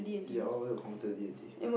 ya all of us got converted to D-and-T